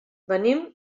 venim